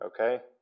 okay